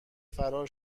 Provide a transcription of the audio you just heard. فرار